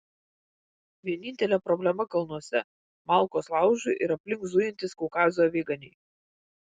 vienintelė problema kalnuose malkos laužui ir aplink zujantys kaukazo aviganiai